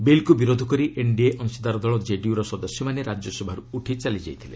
ବିଲ୍କୁ ବିରୋଧ କରି ଏନ୍ଡିର ଅଂଶିଦାର ଦଳ କେଡିୟୁର ସଦସ୍ୟମାନେ ରାଜ୍ୟସଭାର୍ ଉଠି ଚାଲିଯାଇଥିଲେ